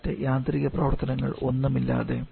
മറ്റു യാന്ത്രിക പ്രവർത്തനങ്ങൾ ഒന്നുമില്ലാതെ